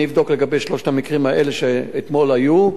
אני אבדוק לגבי שלושת המקרים האלה שאתמול היו,